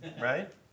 right